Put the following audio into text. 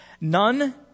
None